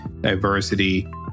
diversity